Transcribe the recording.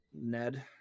ned